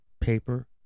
Paper